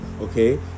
okay